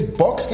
box